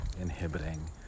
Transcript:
inhibiting